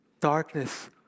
darkness